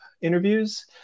interviews